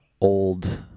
old